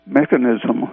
mechanism